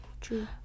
True